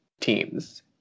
teams